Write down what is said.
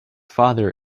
father